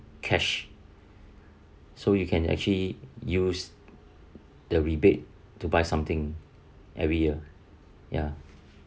cash so you can actually use the rebate to buy something every year ya